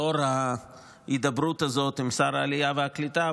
לאור ההידברות הזאת עם שר העלייה והקליטה,